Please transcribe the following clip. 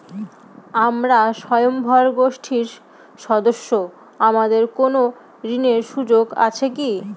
আমরা স্বয়ম্ভর গোষ্ঠীর সদস্য আমাদের কোন ঋণের সুযোগ আছে কি?